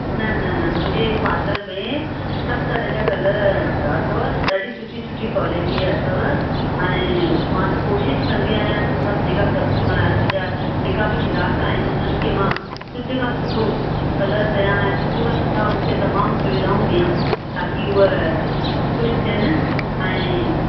न न न मुंहिंजे पार्लर में सभु तरह जा कलर अथव ॾाढी सुठी सुठी क्वालिटी अथव ऐं मां त कोशिशि कंदी आहियां त सभु जेका कस्टमर आहिनि मुंहिंजा जेका बि ग्राहक आहिनि उन्हनि खे मां सुठे खां सुठो कलर कया ऐं सुठे खां सुठा उन्हनि खे तमामु सुविधाऊं ॾेया ताकी उअ ख़शि थियनि ऐं